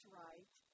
right